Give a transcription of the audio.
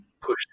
push